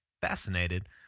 Fascinated